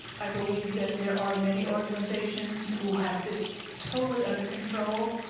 i believe that there are many organizations who have this totally under control.